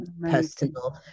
personal